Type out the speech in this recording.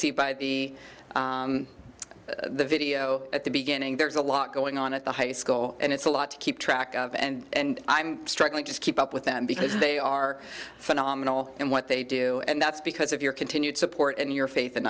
by the video at the beginning there is a lot going on at the high school and it's a lot to keep track of and i'm struggling to keep up with them because they are phenomenal and what they do and that's because of your continued support and your faith